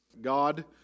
God